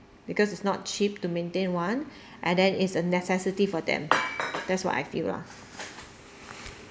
because it's not cheap to maintain one and then it's a necessity for them that's what I feel lah